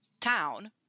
town